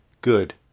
good